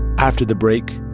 after the break,